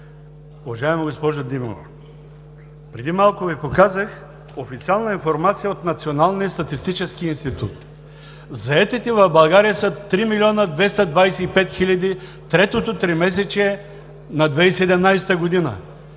Уважаема госпожо Димова, преди малко Ви показах официална информация от Националния статистически институт (показва.). Заетите в България са 3 милиона 225 хиляди третото тримесечие на 2017 г.